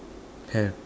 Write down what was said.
have